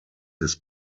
his